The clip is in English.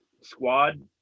squad